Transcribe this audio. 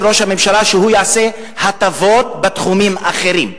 ראש הממשלה שהוא יעשה הטבות בתחומים אחרים.